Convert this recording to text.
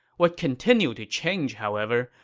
what continued to change, however,